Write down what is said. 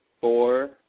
four